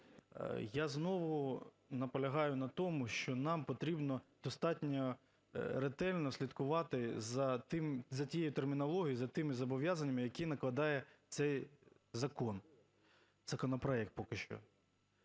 Я знову наполягаю на тому, що нам потрібно достатньо ретельно слідкувати за тією термінологією, за тими зобов'язаннями, які накладає цей закон… законопроект поки що.